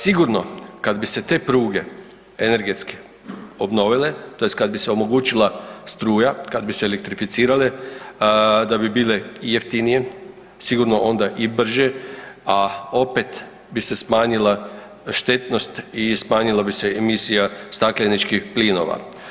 Sigurno kada bi se te pruge energetske obnovile tj. kad bi se omogućila struja, kad bi se elektrificirale, da bi bile i jeftinije, sigurno onda i brže, a opet bi se smanjila štetnost i smanjila bi se emisija stakleničkih plinova.